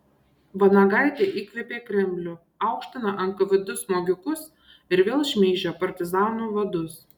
vanagaitė įkvėpė kremlių aukština nkvd smogikus ir vėl šmeižia partizanų vadus